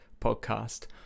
podcast